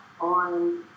on